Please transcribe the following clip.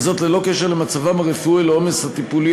וזאת ללא קשר למצבם הרפואי או לעומס הטיפולי